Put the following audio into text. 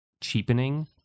cheapening